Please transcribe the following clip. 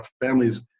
families